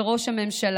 אל ראש הממשלה,